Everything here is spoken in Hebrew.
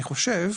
אני חושב,